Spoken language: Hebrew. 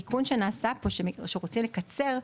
התיקון שנעשה פה שרוצים לקצר,